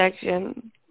section